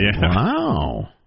Wow